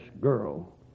girl